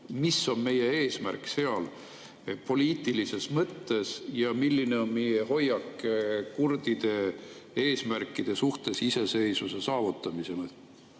mis on meie eesmärk seal poliitilises mõttes ja milline on meie hoiak kurdide eesmärkide suhtes iseseisvuse saavutamisel?